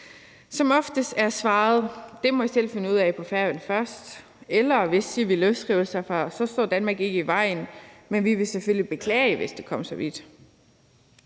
Som oftest er svaret: Det må I selv finde ud af på Færøerne først – eller: Hvis I vil løsrive jer, står Danmark ikke i vejen, men vi vil selvfølgelig beklage, hvis det kom så vidt.